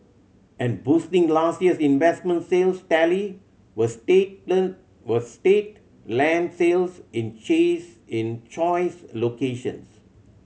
and boosting last year's investment sales tally were state were state land sales in cheese in choice locations